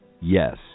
Yes